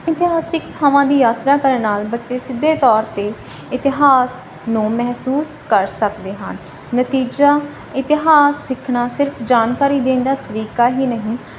ਇਤਿਹਾਸਿਕ ਥਾਵਾਂ ਦੀ ਯਾਤਰਾ ਕਰਨ ਨਾਲ ਬੱਚੇ ਸਿੱਧੇ ਤੌਰ 'ਤੇ ਇਤਿਹਾਸ ਨੂੰ ਮਹਿਸੂਸ ਕਰ ਸਕਦੇ ਹਨ ਨਤੀਜਾ ਇਤਿਹਾਸ ਸਿੱਖਣਾ ਸਿਰਫ ਜਾਣਕਾਰੀ ਦੇਣ ਦਾ ਤਰੀਕਾ ਹੀ ਨਹੀਂ